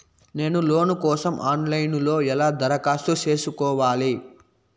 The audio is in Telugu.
నేను లోను కోసం ఆన్ లైను లో ఎలా దరఖాస్తు ఎలా సేసుకోవాలి?